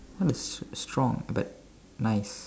what is strong but nice